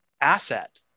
asset